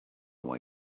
why